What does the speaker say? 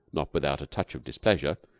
not without a touch of displeasure,